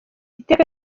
iteka